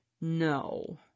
No